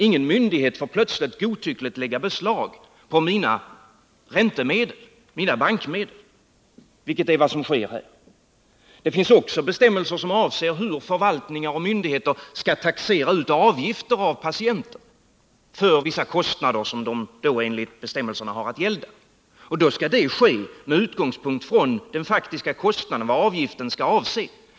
Ingen myndighet får plötsligt godtyckligt lägga beslag på någons räntemedel, vilket är vad som sker här. Det finns också bestämmelser som avser hur förvaltningar och myndigheter skall taxera ut avgifter för patienter för vissa kostnader som de enligt bestämmelserna har att gälda. Det skall ske med utgångspunkt i den faktiska kostnaden.